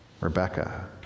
Rebecca